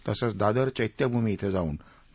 तसंच दादर चैत्यभूमी िं जाऊन डॉ